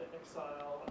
exile